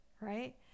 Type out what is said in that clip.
Right